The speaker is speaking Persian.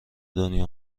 دنیا